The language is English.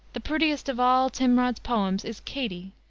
the prettiest of all timrod's poems is katie,